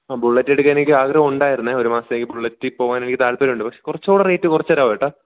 ആ ബുള്ളെറ്റെടുക്കാൻ എനിക്ക് ആഗ്രഹമുണ്ടായിരുന്നു ഒരു മാസത്തേക്ക് ബുള്ളറ്റിൽ പോകാൻ എനിക്ക് താൽപര്യം ഉണ്ട് പക്ഷേ കുറച്ചും കൂടെ റേറ്റ് കുറച്ച് തരാമോ ഏട്ടാ